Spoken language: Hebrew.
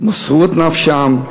מסרו את נפשם,